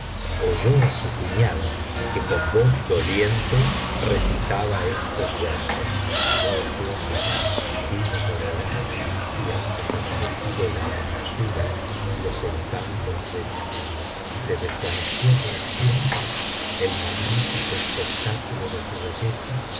oyó á su cuñada que con yoz doliente recitaba estos versos oh tumba dime por alah si han desaparecido la hermosura y los encantos de mi amigo se desvaneció para siempre el magnifico espectáculo de su belleza